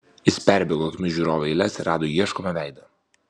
jis perbėgo akimis žiūrovų eiles ir rado ieškomą veidą